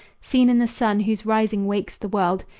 seen in the sun whose rising wakes the world,